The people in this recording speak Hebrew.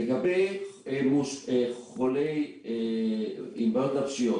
לגבי חולים עם בעיות נפשיות